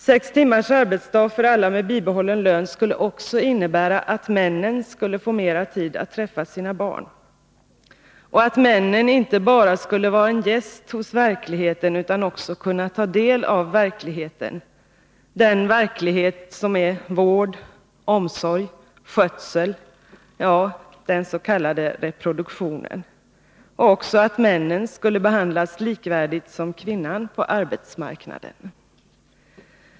Sex timmars arbetsdag för alla med bibehållen lön skulle också innebära att männen skulle få mer tid att träffa sina barn och att männen inte bara skulle vara en gäst hos verkligheten utan också kunna ta del av verkligheten — den verklighet som är vård, omsorg, skötsel; med ett ord: den s.k. reproduktionen —, att männen skulle behandlas likvärdigt med kvinnorna på arbetsmarknaden.